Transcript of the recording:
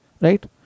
right